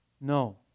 No